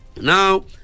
now